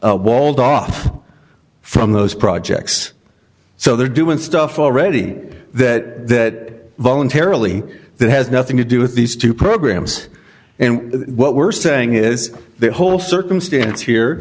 walled off from those projects so they're doing stuff already that voluntarily that has nothing to do with these two programs and what we're saying is the whole circumstance here